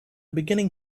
beginning